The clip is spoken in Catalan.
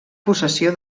possessió